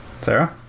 sarah